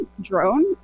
drone